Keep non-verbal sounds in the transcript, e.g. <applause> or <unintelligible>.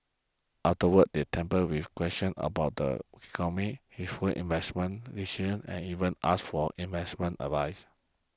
afterwards they <unintelligible> with questions about the economy his worse investment decision and even asked for investment advice